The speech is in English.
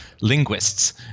linguists